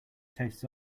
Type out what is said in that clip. tastes